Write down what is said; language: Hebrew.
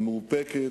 המאופקת.